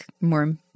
more